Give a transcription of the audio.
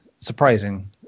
surprising